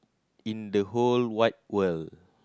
in the whole wide world